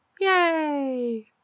yay